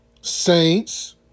Saints